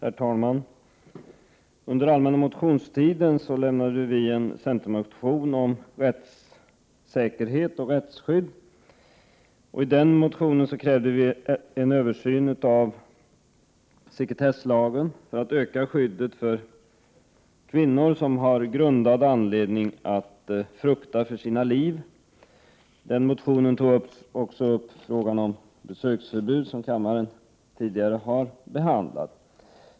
Herr talman! Under allmänna motionstiden avlämnade vi i centern en motion om rättssäkerhet och rättsskydd. I denna motion krävde vi en översyn av sekretesslagen i syfte att öka skyddet för kvinnor som har grundad anledning att frukta för sina liv. Motionen tog också upp frågan om besöksförbud, något som kammaren tidigare har behandlat.